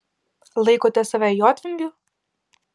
laikote save jotvingiu